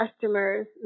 customers